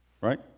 Right